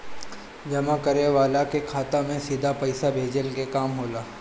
जमा करे वाला के खाता में सीधा पईसा भेजला के काम होला